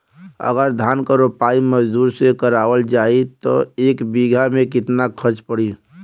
अगर धान क रोपाई मजदूर से करावल जाई त एक बिघा में कितना खर्च पड़ी?